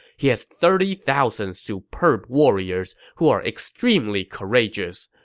he has thirty thousand superb warriors who are extremely courageous.